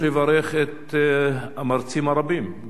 יש לברך את המרצים הרבים,